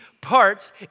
parts